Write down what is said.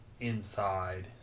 inside